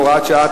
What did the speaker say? הוראת שעה),